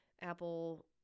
Apple